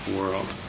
world